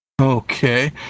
Okay